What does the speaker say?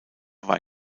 war